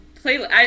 playlist